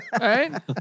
right